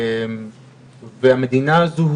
והמדינה הזאת,